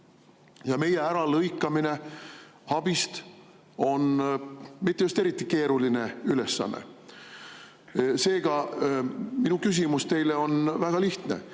Meie äralõikamine abist ei just eriti keeruline ülesanne. Seega, minu küsimus teile on väga lihtne: